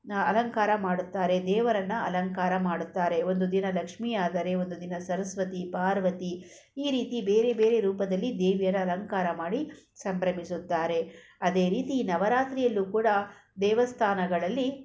ಅಲಂಕಾರ ಮಾಡುತ್ತಾರೆ ದೇವರನ್ನು ಅಲಂಕಾರ ಮಾಡುತ್ತಾರೆ ಒಂದು ದಿನ ಲಕ್ಷ್ಮೀಯಾದರೆ ಒಂದು ದಿನ ಸರಸ್ವತಿ ಪಾರ್ವತಿ ಈ ರೀತಿ ಬೇರೆ ಬೇರೆ ರೂಪದಲ್ಲಿ ದೇವಿಯರ ಅಲಂಕಾರ ಮಾಡಿ ಸಂಭ್ರಮಿಸುತ್ತಾರೆ ಅದೇ ರೀತಿ ನವರಾತ್ರಿಯಲ್ಲೂ ಕೂಡ ದೇವಸ್ಥಾನಗಳಲ್ಲಿ